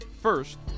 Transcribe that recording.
First